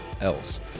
else